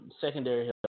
secondary